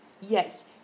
Yes